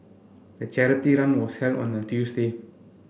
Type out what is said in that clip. the charity run was held on a Tuesday